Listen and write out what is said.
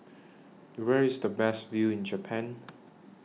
Where IS The Best View in Japan